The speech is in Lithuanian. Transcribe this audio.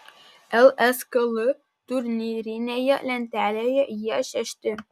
lskl turnyrinėje lentelėje jie šešti